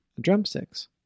drumsticks